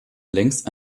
längst